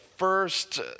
First